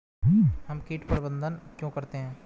हम कीट प्रबंधन क्यों करते हैं?